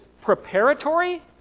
preparatory